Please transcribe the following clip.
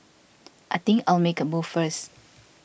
I think I'll make a move first